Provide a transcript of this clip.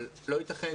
אבל לא ייתכן